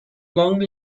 long